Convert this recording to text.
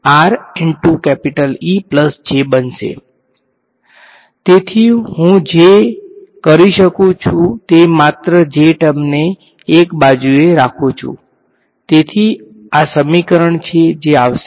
તેથી હું જે કરી શકું તે માત્ર j ટર્મ ને એક બાજુએ રાખું છું તેથી આ સમીકરણ છે જે આવશે